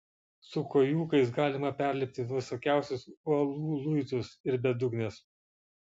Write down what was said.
su kojūkais galima perlipti visokiausius uolų luitus ir bedugnes